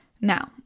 Now